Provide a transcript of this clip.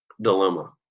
dilemma